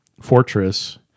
fortress